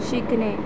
शिकणे